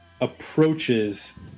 approaches